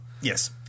yes